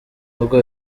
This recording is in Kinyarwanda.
n’ubwo